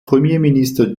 premierminister